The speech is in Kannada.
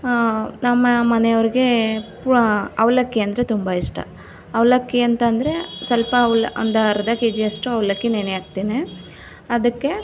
ನಮ್ಮ ಮನೆಯವ್ರಿಗೆ ಪ ಅವಲಕ್ಕಿ ಅಂದರೆ ತುಂಬ ಇಷ್ಟ ಅವಲಕ್ಕಿ ಅಂತ ಅಂದರೆ ಸ್ವಲ್ಪ ಒಂದು ಅರ್ಧ ಕೆ ಜಿಯಷ್ಟು ಅವಲಕ್ಕಿ ನೆನೆ ಹಾಕ್ತೇನೆ ಅದಕ್ಕೆ